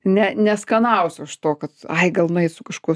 ne neskanausiu aš to kad ai gal nueit su kažkuo